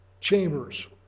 chambers